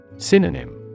Synonym